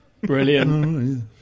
Brilliant